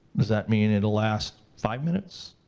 does that mean it'll last five minutes,